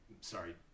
sorry